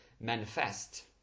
manifest